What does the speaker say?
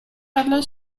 deadly